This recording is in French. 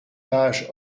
pages